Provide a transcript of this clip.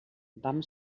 vam